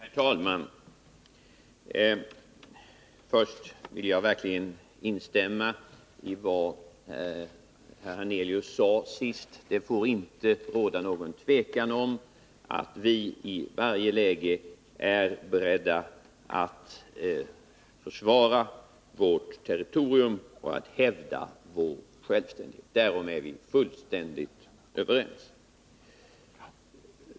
Herr talman! Först vill jag verkligen instämma i vad herr Hernelius sade sist: Det får inte råda någon tvekan om att vi i varje läge är beredda att försvara vårt territorium och hävda vår självständighet. Därom är vi fullständigt överens.